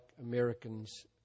Americans